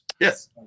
Yes